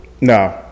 No